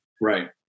Right